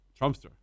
Trumpster